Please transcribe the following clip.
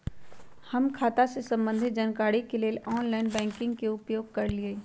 हम खता से संबंधित जानकारी के लेल ऑनलाइन बैंकिंग के उपयोग करइले